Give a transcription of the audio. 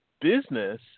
business